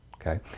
okay